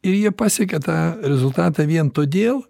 ir jie pasiekia tą rezultatą vien todėl